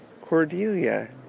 Cordelia